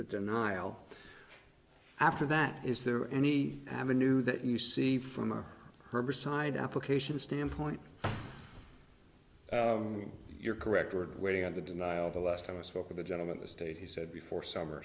that denial after that is there any avenue that you see from a herbicide application standpoint your correct word waiting on the denial the last time i spoke with a gentleman the state he said before summer